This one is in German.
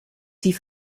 die